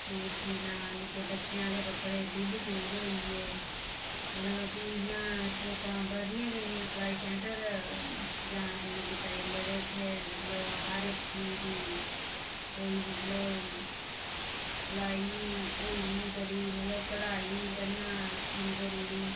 suit सीना निक्के बच्चें आह्ले कपड़े ओह् बी सूट होई गे मतलब फ्ही इयां शौकां बधदी गेइयां सलाई सैंटर जाना शुरु कीता जेल्लै ते उत्थै मतलब हर इक चीज दी कोई मतलब सलाई होई गेई बड़ी मतलब कढ़ाई करना शुरु करी ओड़ी